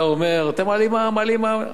אתה אומר: אתם מעלים מע"מ, מעלים מע"מ.